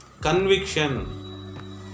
Conviction